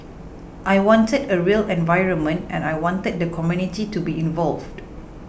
I wanted a real environment and I wanted the community to be involved